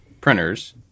printers